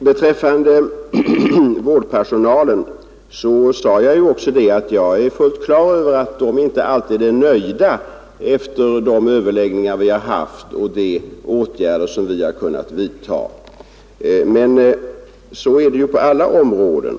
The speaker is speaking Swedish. Beträffande vårdpersonalen sade jag att denna inte alltid varit nöjd efter de överläggningar vi har haft och med de åtgärder vi kunnat vidta. Men så är det ju på alla områden.